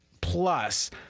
plus